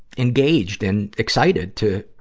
engaged and excited to,